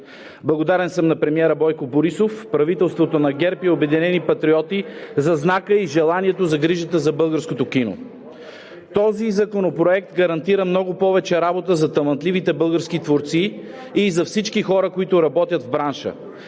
Благодарен съм на премиера Бойко Борисов, правителството на ГЕРБ и „Обединени патриоти“ (оживление от ГЕРБ) за знака и желанието за грижата за българското кино. Този законопроект гарантира много повече работа за талантливите български творци и за всички хора, които работят в бранша,